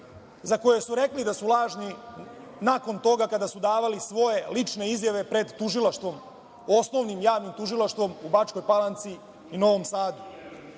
za koje su rekli da su lažni nakon toga kada su davali svoje lične izjave pred Tužilaštvom, Osnovnim javnim tužilaštvom u Bačkoj Palanci i Novom